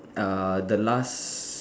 uh the last